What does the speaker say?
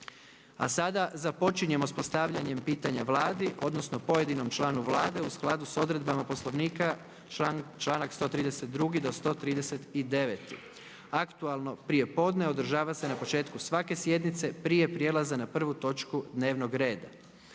A sada započinjemo sa postavljanjem pitanja Vladi, odnosno pojedinom članu Vlade u skladu sa odredbama Poslovnika članak 132. do 139. Aktualno prijepodne održava se na početku svake sjednice prije prijelaza na prvu točku dnevnog reda.